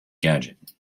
gadget